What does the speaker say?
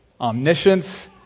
omniscience